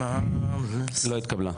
לא התקבלה.